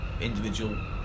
individual